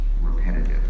repetitive